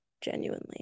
genuinely